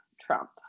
Trump